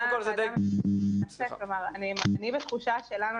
בתחושה שלנו,